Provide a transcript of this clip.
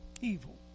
evil